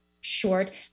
short